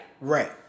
right